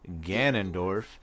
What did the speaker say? Ganondorf